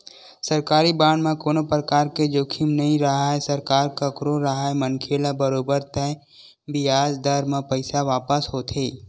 सरकारी बांड म कोनो परकार के जोखिम नइ राहय सरकार कखरो राहय मनखे ल बरोबर तय बियाज दर म पइसा वापस होथे